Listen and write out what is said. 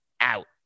Out